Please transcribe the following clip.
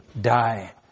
die